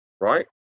right